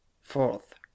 Fourth